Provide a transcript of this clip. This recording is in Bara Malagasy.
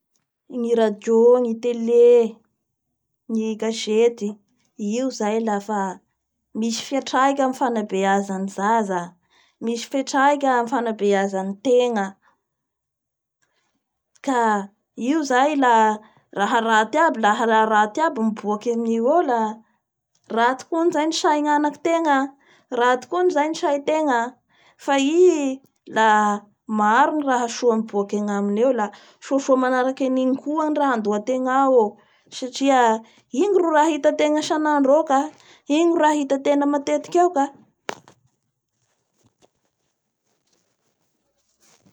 Ny radio, ny télé, ny gasety io zay lafa misy fietraika amin'ny fanabeaza ny zaza misy fiatraika amin'ny fanabeaza ny tegna ka io zay la raha raty aby miboaky aminio eo la raty koa anaizay ny sain'ny anakitegna, raty koa ny zay ny saitegna, fa i la maro ny raha soa miboaky agnaminy eo la soasoa manaraky anigny koa ny andohategna ao oo, igny ro raha hitategna isanandro ao ka, igny no raha hitategna matetiky ao ka.